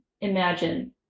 imagine